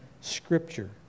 Scripture